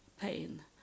pain